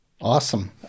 Awesome